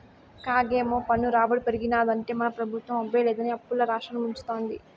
కాగేమో పన్ను రాబడి పెరిగినాదంటే మన పెబుత్వం అబ్బే లేదని అప్పుల్ల రాష్ట్రాన్ని ముంచతాంది